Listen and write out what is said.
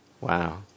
wow